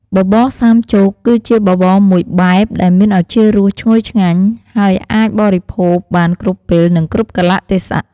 បបរសាមចូកគឺជាបបរមួយបែបដែលមានឱជារសឈ្ងុយឆ្ងាញ់ ហើយអាចបរិភោគបានគ្រប់ពេល និងគ្រប់កាលៈទេសៈ។